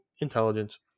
intelligence